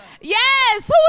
yes